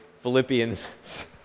Philippians